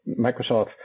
Microsoft